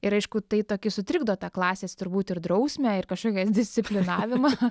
ir aišku tai tokie sutrikdo tą klasės turbūt ir drausmę ir kažkokias disciplinavimą